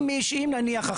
אם נניח,